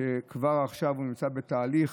שכבר עכשיו הוא נמצא בתהליך,